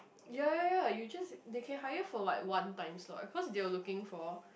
ya ya ya you just they can hire for like one times lah of course they will looking for